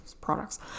products